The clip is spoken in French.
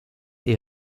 est